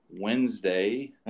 Wednesday